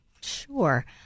Sure